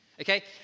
Okay